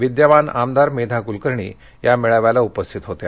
विद्यमान आमदार मेधा कुलकर्णी या मेळाव्याला उपस्थित होत्या